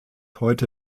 heute